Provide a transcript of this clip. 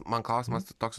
man klausimas toks